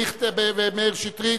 דיכטר ושטרית,